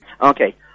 Okay